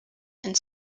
and